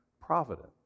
providence